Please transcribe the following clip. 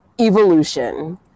Evolution